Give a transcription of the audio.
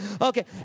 Okay